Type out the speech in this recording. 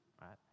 right